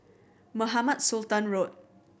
Mohamed Sultan Road